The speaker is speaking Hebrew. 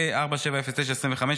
פ/4709/25,